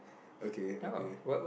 okay okay